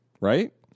right